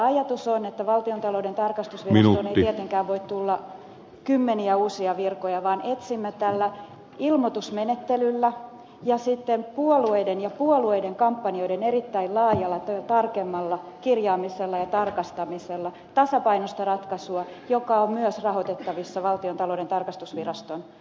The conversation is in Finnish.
ajatus on että valtiontalouden tarkastusvirastoon ei tietenkään voi tulla kymmeniä uusia virkoja vaan etsimme tällä ilmoitusmenettelyllä ja puolueiden ja puolueiden kampanjoiden erittäin laajalla tarkemmalla kirjaamisella ja tarkastamisella tasapainoista ratkaisua joka on myös rahoitettavissa valtiontalouden tarkastusviraston resursseissa